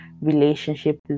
relationship